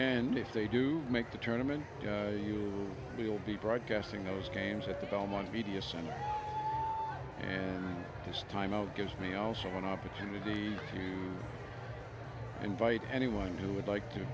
and if they do make the tournaments you will be broadcasting those games at the belmont media center and this time out gives me also an opportunity to invite anyone who would like to